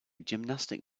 gymnastic